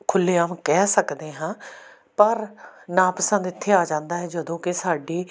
ਖੁੱਲ੍ਹੇਆਮ ਕਹਿ ਸਕਦੇ ਹਾਂ ਪਰ ਨਾ ਪਸੰਦ ਇੱਥੇ ਆ ਜਾਂਦਾ ਹੈ ਜਦੋਂ ਕਿ ਸਾਡੀ